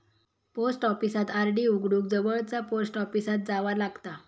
post ऑफिसात RD उघडूक जवळचा पोस्ट ऑफिसात जावा लागता